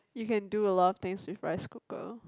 you can do a lot of things with rice cooker